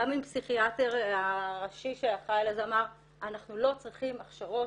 גם עם הפסיכיאטר הראשי שאחראי אז אמר "אנחנו לא צריכים הכשרות,